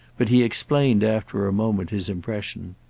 but he explained after a moment his impression.